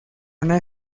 una